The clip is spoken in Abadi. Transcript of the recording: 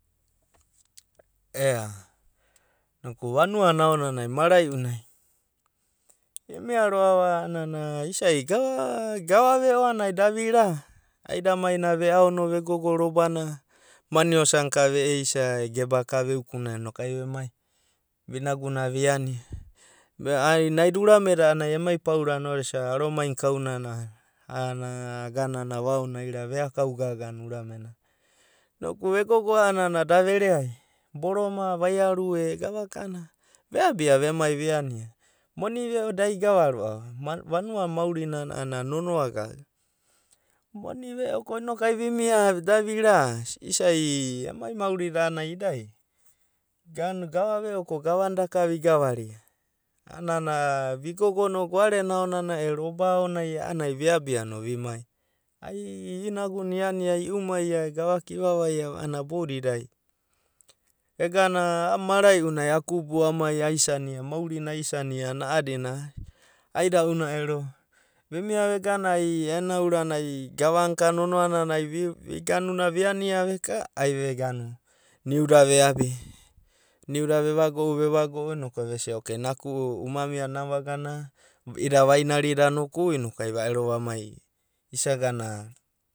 Ea vanua na aonanai mara'i'unai imia ro'ava a'anana isa'i da gava ve'o a'anai da vira. Aidamai nano ve'ao no vegogo robanai maniosa na ka ve'eisa e geba ka veukuna inokai vemai, vinaguna viania. Ve'ao a'ana naida urameda emai paurana orasa aromaina kaunana a'anana aganana vaonaira, veakau gagana urame nana. Ko vegogo a'ana da vereai boroma, vairu e gavaka a'ana veabia vemai viania. Moni ve'o da igava ro'ava. Vanuana maurinana a'ana nonoa gaga. Moni ve'o ko ai vimia da vira, isa'i emai maurida a'anai idai. Ganu gava ve'o ko gavana daka vigavania, ana vigogo goarena aonanai e robanai no viabia vimai. Ai inaguna iania e i'umaia e a'ana idai. Egana a'a mara'i'unai akubu amai aisana maurina aisania a'ana a'adina. Aida'una ero vemia vegana a'anai ena urana ai gavana ka nonoa nana vi vi ania veka a'anai niuda veabi. Niuda vevago'u vevago'u vesia okei inoku naku'u uma mia vagana i'ida vainarida inoku ai va'ero vamai isagana.